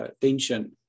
tension